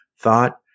thought